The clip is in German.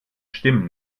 stimmen